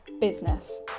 business